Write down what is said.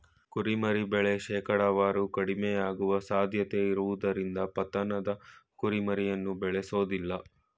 ಕುರಿಮರಿ ಬೆಳೆ ಶೇಕಡಾವಾರು ಕಡಿಮೆಯಾಗುವ ಸಾಧ್ಯತೆಯಿರುವುದರಿಂದ ಪತನದ ಕುರಿಮರಿಯನ್ನು ಬೇಳೆಸೋದಿಲ್ಲ